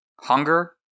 Hunger